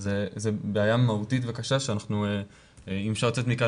זו בעיה מהותית וקשה שאם אפשר לצאת מכאן